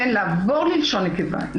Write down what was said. לעבור ללשון נקבה,